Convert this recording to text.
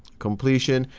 completion.